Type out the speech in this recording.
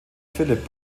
phillip